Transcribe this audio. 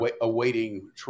Awaiting